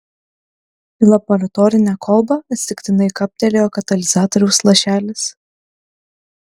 į laboratorinę kolbą atsitiktinai kaptelėjo katalizatoriaus lašelis